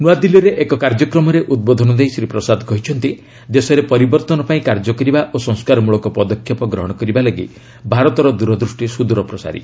ନୂଆଦିଲ୍ଲୀରେ ଏକ କାର୍ଯ୍ୟକ୍ରମରେ ଉଦ୍ବୋଧନ ଦେଇ ଶ୍ରୀ ପ୍ରସାଦ କହିଛନ୍ତି ଦେଶରେ ପରିବର୍ତ୍ତନ ପାଇଁ କାର୍ଯ୍ୟ କରିବା ଓ ସଂସ୍କାରମୂଳକ ପଦକ୍ଷେପ ଗ୍ରହଣ କରିବା ଲାଗି ଭାରତର ଦୂରଦୃଷ୍ଟି ସୁଦୂରପ୍ରସାରୀ